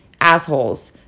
assholes